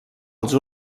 els